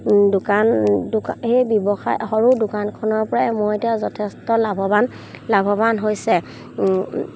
দোকান দোকান সেই ব্যৱসায় সৰু দোকানখনৰ পৰাই মই এতিয়া যথেষ্ট লাভৱান লাভৱান হৈছে